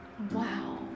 Wow